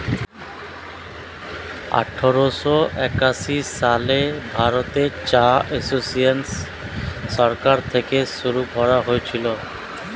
আঠারোশো একাশি সালে ভারতে চা এসোসিয়েসন সরকার থেকে শুরু করা হয়েছিল